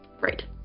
right